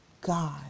God